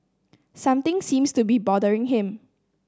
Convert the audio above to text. something seems to be bothering him